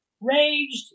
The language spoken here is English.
raged